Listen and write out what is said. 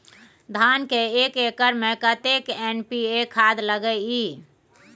धान के एक एकर में कतेक एन.पी.ए खाद लगे इ?